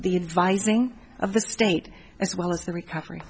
the advising of the state as well as the recovery